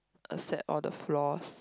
accept all the flaws